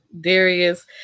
Darius